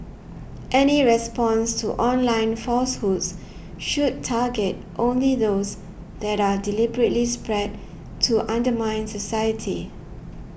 any response to online falsehoods should target only those that are deliberately spread to undermine society